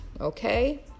Okay